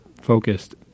focused